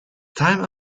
time